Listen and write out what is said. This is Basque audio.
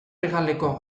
hegaleko